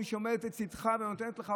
מי שעומדת לצידך ונותנת לך,